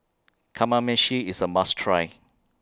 Kamameshi IS A must Try